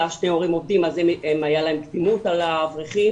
היה שני הורים עובדים אז היה להם קדימות על האברכים.